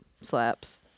slaps